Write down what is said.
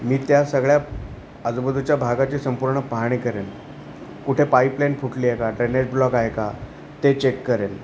मी त्या सगळ्या आजूबाजूच्या भागाची संपूर्ण पाहाणी करेन कुठे पाईपलाईन फुटलीय का ड्रेनेज ब्लॉक आहे का ते चेक करेन